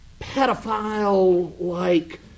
pedophile-like